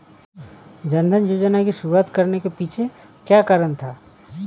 जन धन योजना की शुरुआत करने के पीछे क्या कारण था?